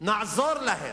נעזור להם.